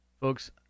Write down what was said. Folks